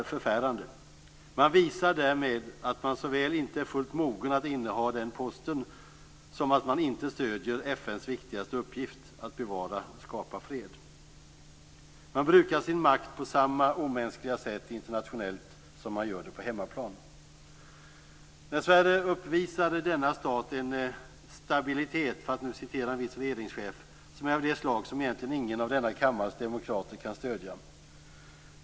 Man visar därmed såväl att man inte är fullt mogen att inneha denna post som att man inte stöder FN:s viktigaste uppgift: att bevara och skapa fred. Man brukar sin makt på samma omänskliga sätt internationellt som man gör på hemmaplan. Dessvärre uppvisar denna stat en "stabilitet", för att citera en viss regeringschef, av det slag som egentligen ingen av denna kammares demokrater kan stödja.